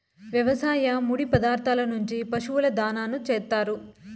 వ్యవసాయ ముడి పదార్థాల నుంచి పశువుల దాణాను చేత్తారు